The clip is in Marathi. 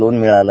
लोन मिळालं